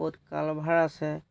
ক'ত কাল ভাৰ্ট আছে